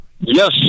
Yes